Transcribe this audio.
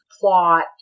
plot